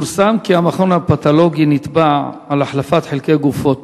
פורסם כי המכון הפתולוגי נתבע על החלפת חלקי גופות,